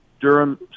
Durham